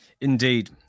indeed